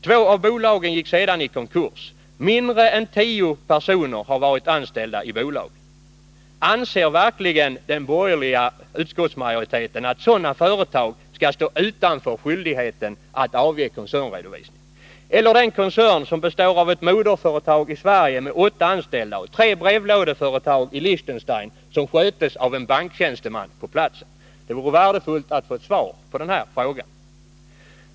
Två av bolagen gick sedan i konkurs. Mindre än tio personer har varit anställda i bolagen. Anser verkligen den borgerliga utskottsmajoriteten att sådana företag skall stå utanför skyldigheten att avge koncernredovisning? Skall den koncern som består av ett moderföretag i Sverige med åtta anställda och tre brevlådeföretag i Liechtenstein, som sköts av en banktjänsteman på platsen, stå utanför? Det vore värdefullt att få svar på den frågan.